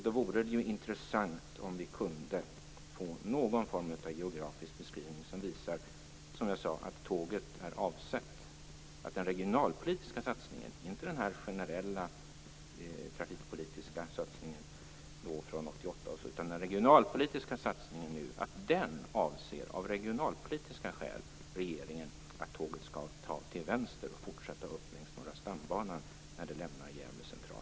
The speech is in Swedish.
Då vore det intressant om vi kunde få någon form av geografisk beskrivning som visar att regeringen i den regionalpolitiska satsningen, inte i den generella trafikpolitiska satsningen från 1988, avser att tåget av regionalpolitiska skäl skall ta till vänster och fortsätta upp längs Norra stambanan när det lämnar Gävle central.